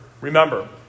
remember